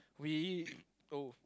we oh